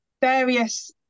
various